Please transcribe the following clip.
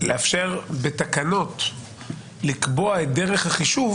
לאפשר בתקנות לקבוע את דרך החישוב